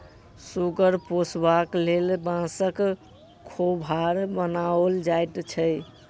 सुगर पोसबाक लेल बाँसक खोभार बनाओल जाइत छै